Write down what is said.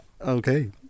Okay